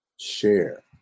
share